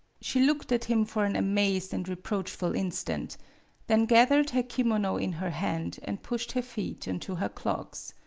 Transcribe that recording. she looked at him for an amazed and re proachful instant then gathered her kimono in her hand, and pushed her feet into her clogs.